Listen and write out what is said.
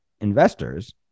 investors